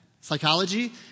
Psychology